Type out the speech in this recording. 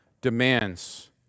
demands